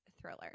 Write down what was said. thriller